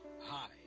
Hi